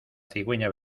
cigüeña